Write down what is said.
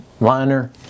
liner